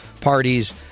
parties